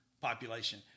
population